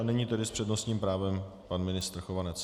Nyní tedy s přednostním právem pan ministr Chovanec.